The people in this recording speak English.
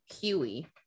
huey